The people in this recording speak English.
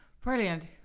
Brilliant